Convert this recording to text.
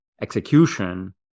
execution